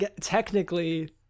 technically